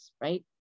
right